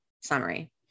summary